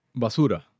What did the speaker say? Basura